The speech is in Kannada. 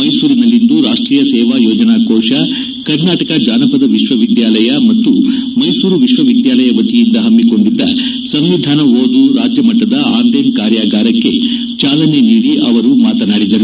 ಮೈಸೂರಿನಲ್ಲಿಂದು ರಾಷ್ಷೀಯ ಸೇವಾ ಯೋಜನಾ ಕೋಶ ಕರ್ನಾಟಕ ಜಾನಪದ ವಿಶ್ವ ವಿದ್ಯಾಲಯ ಮತ್ತು ಮೈಸೂರು ವಿಶ್ವ ವಿದ್ಯಾಲಯ ವತಿಯಿಂದ ಹಮ್ಹಿಕೊಂಡಿದ್ದ ಸಂವಿಧಾನ ಓದು ರಾಜ್ಞಮಟ್ಟದ ಆನ್ಲೈನ್ ಕಾರ್ಯಾಗಾರಕ್ಕೆ ಚಾಲನೆ ನೀಡಿ ಅವರು ಮಾತನಾಡಿದರು